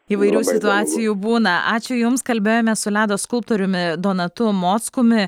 įvairių situacijų būna ačiū jums kalbėjome su ledo skulptoriumi donatu mockumi